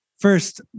First